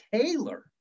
Taylor